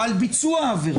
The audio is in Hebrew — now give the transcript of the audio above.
על ביצוע העבירה.